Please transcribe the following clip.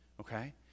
okay